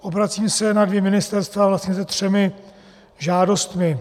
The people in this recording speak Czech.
Obracím se na dvě ministerstva vlastně se třemi žádostmi.